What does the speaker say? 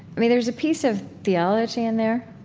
i mean, there's a piece of theology in there?